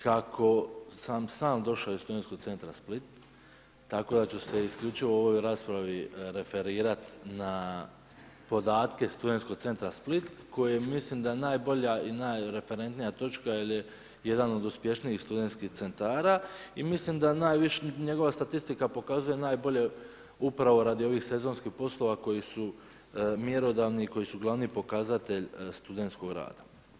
Kako sam sam došao iz studentskog centra Split tako da ću se isključivo u ovoj raspravi referirat na podatke stud.centra Split koji mislim da je najbolja i najreferentnija točka jer je jedan od uspješnijih stud.centara i mislim da njegova statistika pokazuje najbolje upravo radi ovih sezonskih poslova koji su mjerodavni i koji su glavni pokazatelj studentskog rada.